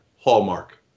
Hallmark